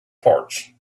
parts